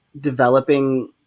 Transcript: developing